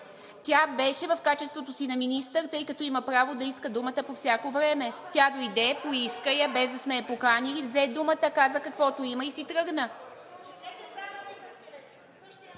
Тя беше в качеството си на министър, тъй като има право да иска думата по всяко време. Тя дойде, поиска я, без да сме я поканили – взе думата, каза каквото има и си тръгна.